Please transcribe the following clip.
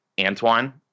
antoine